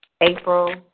April